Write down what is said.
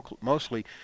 mostly